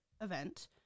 event